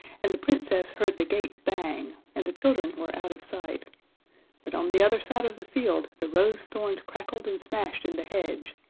and the princess heard the gate bang, and the children were out of sight but on the other side of the field the rose-thorns crackled and smashed in the hedge,